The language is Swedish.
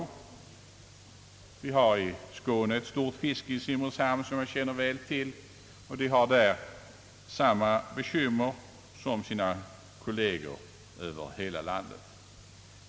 I Skåne bedrivs fiske i stor utsträckning i Simrishamn, som jag känner väl till, och fiskarna har där samma bekymmer som sina kolleger över hela landet.